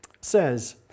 says